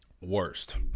worst